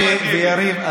דודי ויריב,